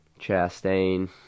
Chastain